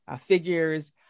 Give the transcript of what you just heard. figures